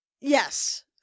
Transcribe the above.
Yes